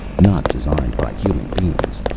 not designed by human beings.